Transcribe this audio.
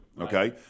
okay